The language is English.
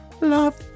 love